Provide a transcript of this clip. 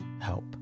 help